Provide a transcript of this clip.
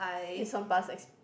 based on past ex~